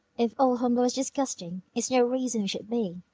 if old hornblower's disgusting, it's no reason we should be.